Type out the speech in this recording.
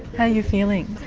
how are you feeling?